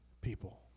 people